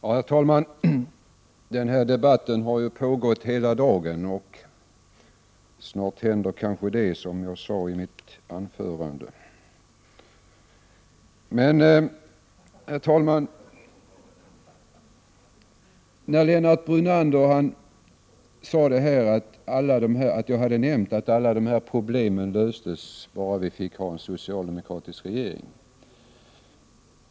Herr talman! Den här debatten har pågått hela dagen, och snart händer kanske det som jag talade om i mitt inledningsanförande. Herr talman! Lennart Brunander sade att jag hade nämnt att alla problem skulle lösas bara vi fick ha en socialdemokratisk regering.